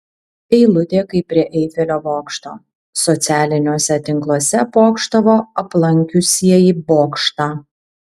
eilutė kaip prie eifelio bokšto socialiniuose tinkluose pokštavo aplankiusieji bokštą